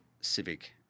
civic